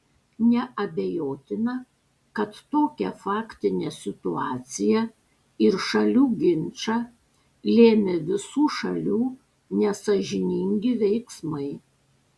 neabejotina kad tokią faktinę situaciją ir šalių ginčą lėmė visų šalių nesąžiningi veiksmai